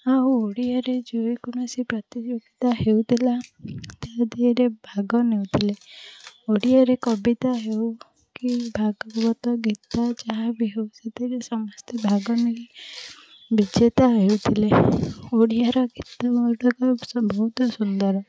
ଆଉ ଓଡ଼ିଆରେ ଯେକୌଣସି ପ୍ରତିଯୋଗିତା ହେଉଥିଲା ତା' ଦେହରେ ଭାଗ ନେଉଥିଲେ ଓଡ଼ିଆରେ କବିତା ହେଉ କି ଭାଗବତ ଗୀତା ଯାହାବି ହେଉ ସେଥିରେ ସମସ୍ତେ ଭାଗ ନେଇ ବିଜେତା ହେଉଥିଲେ ଓଡ଼ିଆର ଗୀତ ଗୁଡ଼ିକ ସବୁ ବହୁତ ସୁନ୍ଦର